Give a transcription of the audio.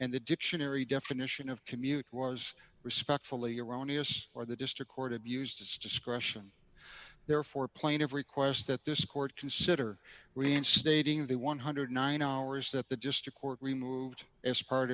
and the dictionary definition of commute was respectfully erroneous or the district court abused its discretion therefore plaintive requests that this court consider reinstating the one hundred and nine hours that the district court removed as part